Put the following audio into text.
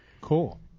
Cool